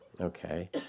okay